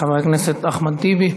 חבר הכנסת אחמד טיבי.